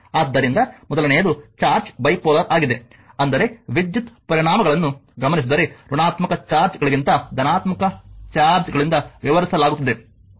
ಆದ್ದರಿಂದ ಮೊದಲನೆಯದು charge bipolar ಆಗಿದೆ ಅಂದರೆ ವಿದ್ಯುತ್ ಪರಿಣಾಮಗಳನ್ನು ಗಮನಿಸಿದರೆ ಋಣಾತ್ಮಕ ಚಾರ್ಜ್ ಗಳಿಗಿಂತ ಧನಾತ್ಮಕ ಚಾರ್ಜ್ಗಳಿಂದ ವಿವರಿಸಲಾಗುತ್ತದೆ